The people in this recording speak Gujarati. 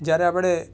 જ્યારે આપણે